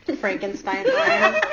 frankenstein